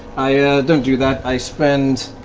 i don't do that. i spend